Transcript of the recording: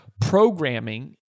programming